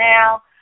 now